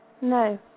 No